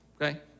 Okay